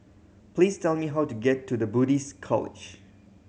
please tell me how to get to The Buddhist College